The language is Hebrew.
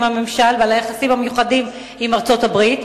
הממשל ועל היחסים המיוחדים עם ארצות-הברית,